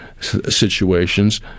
situations